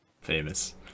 Famous